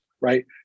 right